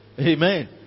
Amen